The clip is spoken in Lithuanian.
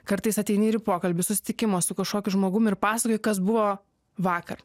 kartais ateini ir į pokalbį susitikimą su kažkokiu žmogum ir pasakoji kas buvo vakar